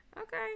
Okay